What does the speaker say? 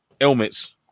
helmets